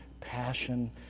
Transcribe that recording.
passion